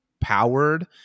powered